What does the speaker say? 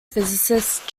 physicist